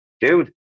dude